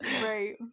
right